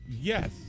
yes